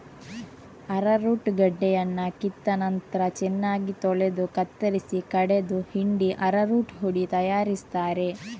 arrowroot ಗಡ್ಡೆಯನ್ನ ಕಿತ್ತ ನಂತ್ರ ಚೆನ್ನಾಗಿ ತೊಳೆದು ಕತ್ತರಿಸಿ ಕಡೆದು ಹಿಂಡಿ ಅರರೂಟ್ ಹುಡಿ ತಯಾರಿಸ್ತಾರೆ